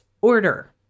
order